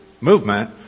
movement